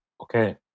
Okay